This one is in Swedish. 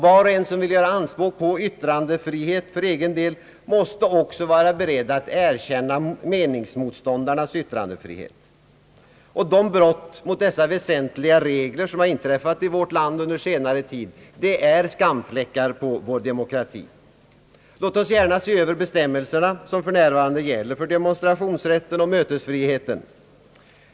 Var och en som vill göra anspråk på yttrandefrihet för egen del måste också vara beredd att erkänna meningsmotståndarnas yttrandefrihet. De brott mot dessa väsentliga regler som har begåtts i vårt land under senare tid är skamfläckar på vår demokrati. Låt oss gärna se över de bestämmelser som för närvarande gäller för demonstrationsrätten och mötesfriheten.